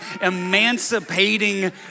emancipating